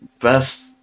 best